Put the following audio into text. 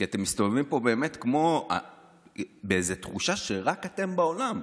כי אתם מסתובבים פה באמת באיזו תחושה שרק אתם בעולם.